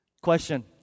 Question